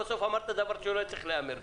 ובסוף אמרת משהו שלא היה צריך להיאמר בכלל.